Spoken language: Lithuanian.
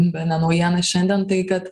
bene naujieną šiandien tai kad